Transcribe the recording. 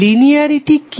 linearity কি